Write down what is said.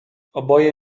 oboje